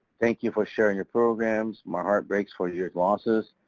thank you for sharing your programs. my heart breaks for your losses.